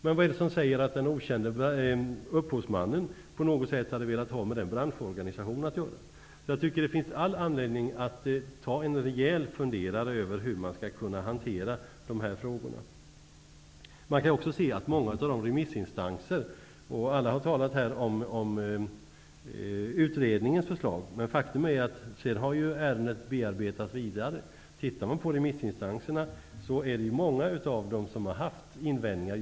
Men vad är det som säger att den okände upphovsmannen hade velat ha med den branschorganisationen att göra? Jag tycker att det finns all anledning att ta en rejäl funderare över hur man skall kunna hantera dessa frågor. Alla har talat om utredningens förslag. Men ärendet har sedan bearbetats vidare. Många av remissinstanserna har haft invändningar.